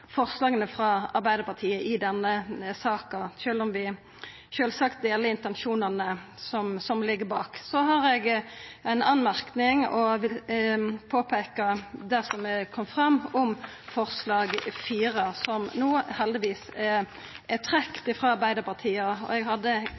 sjølvsagt deler intensjonane som ligg bak. Eg har ein merknad og vil peika på det som har kome fram om forslag nr. 4, som no heldigvis er